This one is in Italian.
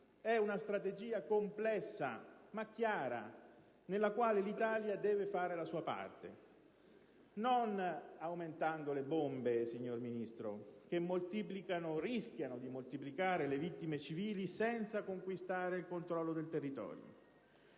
È una strategia complessa, ma chiara, nella quale l'Italia deve fare la sua parte, non aumentando le bombe, signor Ministro, che rischiano di moltiplicare le vittime civili senza conquistare il controllo del territorio.